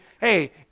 hey